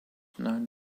known